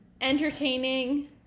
entertaining